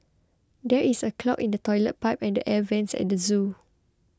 there is a clog in the Toilet Pipe and the Air Vents at the zoo